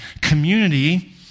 community